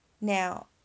now